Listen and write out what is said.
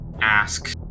ask